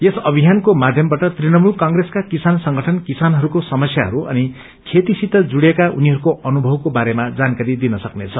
यस अभियानको माध्यमबाट तृणमूल कंप्रेसका किसान संगठन किसानहरूको समस्याहरू अनि खेतीसित जुड़िएका उनीहरूको अनुभवको बारेमा जानकारी दिन सक्नेछ